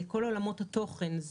כל עולמות התוכן.